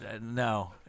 No